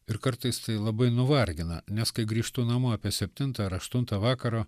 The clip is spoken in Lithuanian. ir kartais tai labai nuvargina nes kai grįžtu namo apie septintą ar aštuntą vakaro